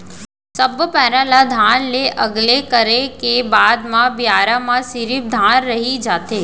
सब्बो पैरा ल धान ले अलगे करे के बाद म बियारा म सिरिफ धान रहि जाथे